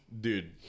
Dude